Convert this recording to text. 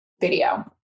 video